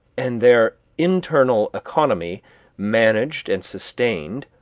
and their internal economy managed and sustained,